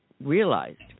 realized